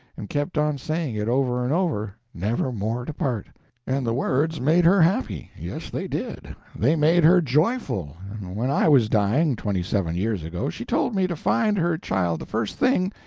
and kept on saying it over and over, never more to part and the words made her happy yes, they did they made her joyful, and when i was dying, twenty-seven years ago, she told me to find her child the first thing,